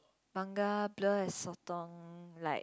manga blur as sotong like